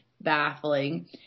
baffling